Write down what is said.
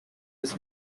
this